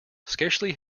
scarcely